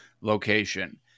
location